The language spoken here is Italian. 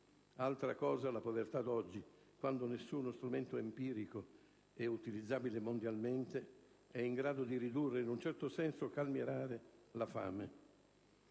Altra cosa è la povertà di oggi, quando nessuno strumento empirico e utilizzabile mondialmente è in grado di ridurre e, in un certo senso, calmierare la fame.